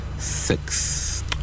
Six